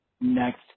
Next